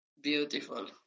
Beautiful